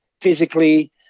physically